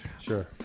Sure